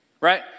Right